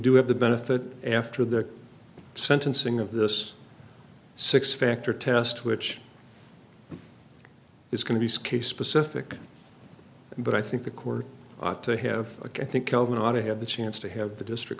do have the benefit after the sentencing of this six factor test which is going to be scary specific but i think the court ought to have a good think of it ought to have the chance to have the district